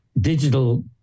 digital